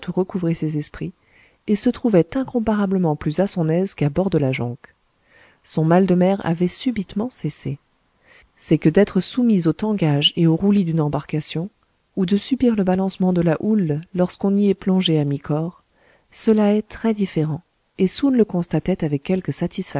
recouvré ses esprits et se trouvait incomparablement plus à son aise qu'à bord de la jonque son mal de mer avait subitement cessé c'est que d'être soumis au tangage et au roulis d'une embarcation ou de subir le balancement de la houle lorsqu'on y est plongé à mi-corps cela est très différent et soun le constatait avec quelque